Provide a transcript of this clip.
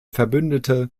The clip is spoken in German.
verbündete